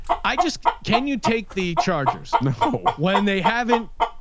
i just, can you take the chargers you know when they haven't?